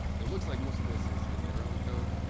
it looks like most of this is is their own code.